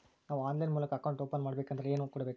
ನಾವು ಆನ್ಲೈನ್ ಮೂಲಕ account open ಮಾಡಬೇಂಕದ್ರ ಏನು ಕೊಡಬೇಕು?